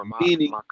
meaning